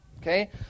Okay